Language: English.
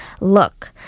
look